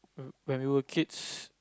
when we were kids